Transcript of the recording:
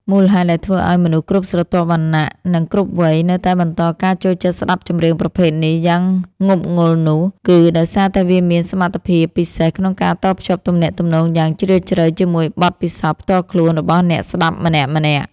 មូលហេតុដែលធ្វើឱ្យមនុស្សគ្រប់ស្រទាប់វណ្ណៈ និងគ្រប់វ័យ នៅតែបន្តការចូលចិត្តស្ដាប់ចម្រៀងប្រភេទ នេះ យ៉ាងងប់ងុលនោះ គឺដោយសារតែវាមានសមត្ថភាពពិសេសក្នុងការតភ្ជាប់ទំនាក់ទំនងយ៉ាងជ្រាលជ្រៅជាមួយបទពិសោធន៍ផ្ទាល់ខ្លួនរបស់អ្នកស្ដាប់ម្នាក់ៗ។